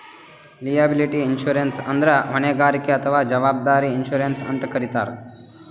liability insurance ಅಂದ್ರ ಹೊಣೆಗಾರಿಕೆ ಅಥವಾ ಜವಾಬ್ದಾರಿ ಇನ್ಶೂರೆನ್ಸ್ ಅಂತ್ ಕರಿತಾರ್